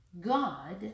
God